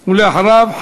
ולאחריו,